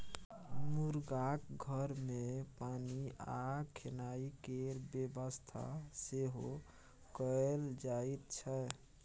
मुरगाक घर मे पानि आ खेनाइ केर बेबस्था सेहो कएल जाइत छै